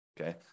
Okay